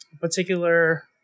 particular